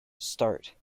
start